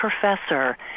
professor